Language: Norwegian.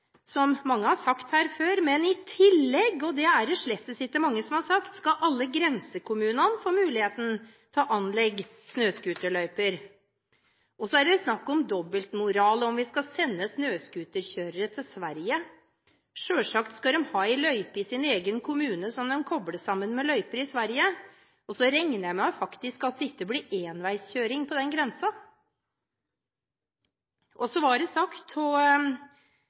som mange har sagt her før, men i tillegg – og det er det slett ikke mange som har sagt – skal alle grensekommunene få muligheten til å anlegge snøscooterløyper. Så er det snakk om dobbeltmoral – om vi skal sende snøscooterkjørere til Sverige. Selvsagt skal de ha en løype i sin egen kommune som de kobler sammen med løyper i Sverige. Da regner jeg faktisk med at det ikke blir enveiskjøring på grensen. Så snakket representanten Brekk om at det er den som lager lover og